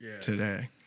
today